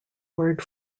word